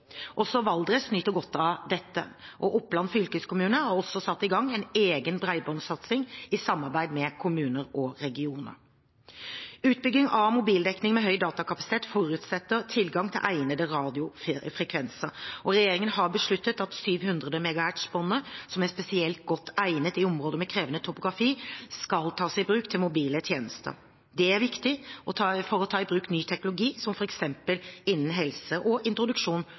Også Valdres nyter godt av dette. Oppland fylkeskommune har også satt i gang en egen bredbåndsatsing i samarbeid med kommuner og regioner. Utbygging av mobildekning med høy datakapasitet forutsetter tilgang til egnede radiofrekvenser. Regjeringen har besluttet at 700 MHz-båndet, som er spesielt godt egnet i områder med krevende topografi, skal tas i bruk til mobile tjenester. Det er viktig for å ta i bruk ny teknologi f.eks. innen helse og introduksjon